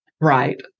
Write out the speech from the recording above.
Right